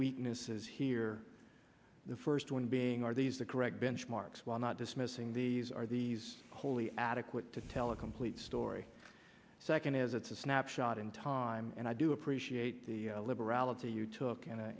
weaknesses here the first one being are these the correct benchmarks while not dismissing these are these wholly adequate to tell a complete story second is it's a snapshot in time and i do appreciate the